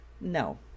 No